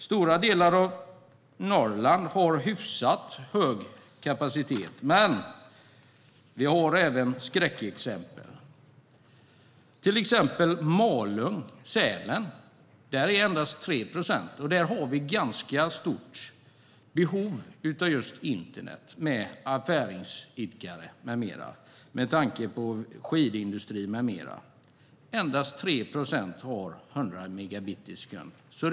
Stora delar av Norrland har hyfsat hög kapacitet. Men vi har även skräckexempel. I till exempel Malung och Sälen är det endast 3 procent. Där har vi ett ganska stort behov av just internet för affärdikare med flera med tanke på skidindustri med mera. Det är endast 3 procent som har 100 megabit per sekund.